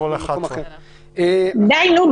נעבור לסעיף 11. די, נו.